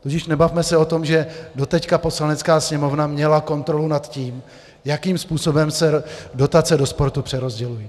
Tudíž nebavme se o tom, že doteď Poslanecká sněmovna měla kontrolu nad tím, jakým způsobem se dotace do sportu přerozdělují.